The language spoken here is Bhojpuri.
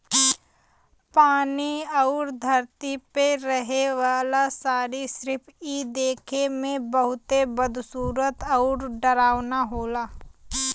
पानी आउर धरती पे रहे वाला सरीसृप इ देखे में बहुते बदसूरत आउर डरावना होला